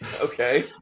Okay